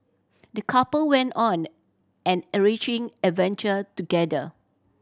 the couple went on an enriching adventure together